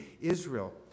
Israel